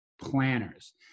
planners